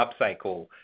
upcycle